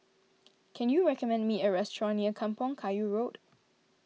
can you recommend me a restaurant near Kampong Kayu Road